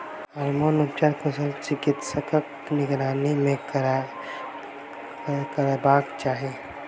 hormone उपचार कुशल चिकित्सकक निगरानी मे करयबाक चाही